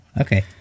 Okay